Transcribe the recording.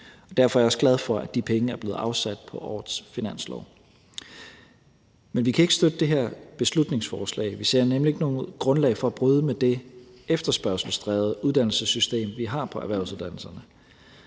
Derfor er jeg også glad for, at de penge er blevet afsat på årets finanslov. Men vi kan ikke støtte det her beslutningsforslag. Vi ser nemlig ikke noget grundlag for at bryde med det efterspørgselsdrevede uddannelsessystem, vi har på erhvervsuddannelserne.